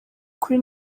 kuri